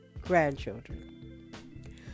grandchildren